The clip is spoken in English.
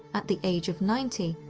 at the age of ninety,